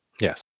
Yes